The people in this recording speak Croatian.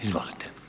Izvolite.